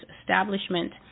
establishment